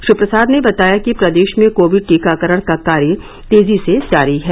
श्री प्रसाद ने बताया कि प्रदेश में कोविड टीकाकरण का कार्य तेजी से जारी है